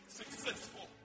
successful